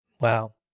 Wow